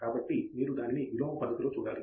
కాబట్టి మీరు దానిని విలోమ పద్ధతిలో చూడాలి